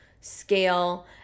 scale